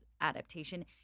adaptation